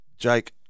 Jake